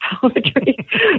poetry